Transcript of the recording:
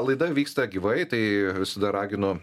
laida vyksta gyvai tai visada raginu